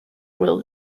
will